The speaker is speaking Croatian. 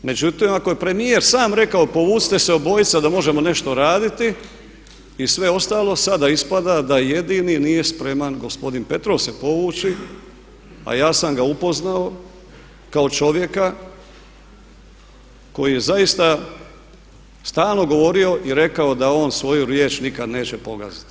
Međutim ako je premijer sam rekao povucite se obojica da možemo nešto raditi i sve ostalo sada ispada da jedini nije spreman gospodin Petrov se povući a ja sam ga upoznao kao čovjeka koji je zaista stalno govorio i rekao da on svoju riječ nikada neće pogaziti.